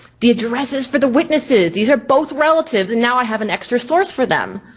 the addresses for the witnesses, these are both relatives and now i have an extra source for them.